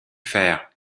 faire